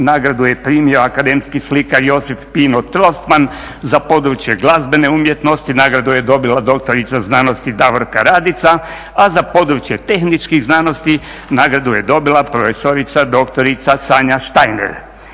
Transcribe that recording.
nagradu je primio akademski slikar Josip Pino Trostman, za područje glazbene umjetnosti nagradu je dobila dr.sc. Davorka Radica, a za područje tehničkih znanosti nagradu je dobila prof.dr. Sanja Štajner.